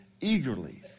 eagerly